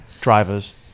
Drivers